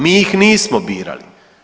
Mi ih nismo birali.